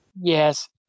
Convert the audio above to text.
Yes